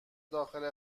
داخل